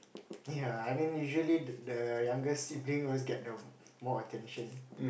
ya I mean usually the younger sibling always get the more attention